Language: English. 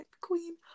queen